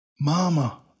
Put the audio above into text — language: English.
Mama